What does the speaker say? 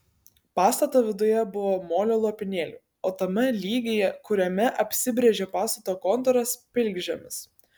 pastato viduje buvo molio lopinėlių o tame lygyje kuriame apsibrėžė pastato kontūras pilkžemis